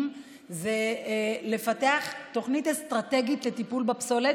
זה לפתח תוכנית אסטרטגית לטיפול בפסולת,